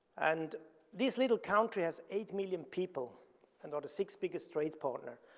and this little country has eight million people and are the sixth biggest trade partner,